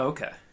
Okay